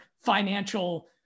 financial